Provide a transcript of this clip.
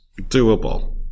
doable